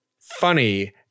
funny